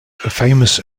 famous